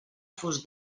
fos